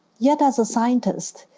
yet as a scientist,